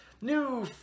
New